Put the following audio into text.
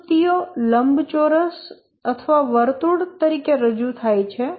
પ્રવૃત્તિઓ લંબચોરસ અથવા વર્તુળો તરીકે રજૂ થાય છે